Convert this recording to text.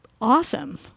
awesome